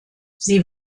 sie